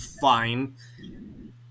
fine